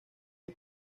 hay